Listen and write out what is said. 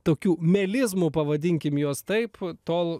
tokių melizmų pavadinkim juos taip tol